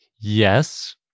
Yes